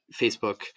Facebook